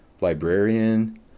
librarian